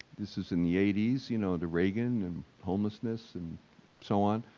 this is in the eighty s, you know, the reagan and homelessness and so on.